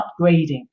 upgrading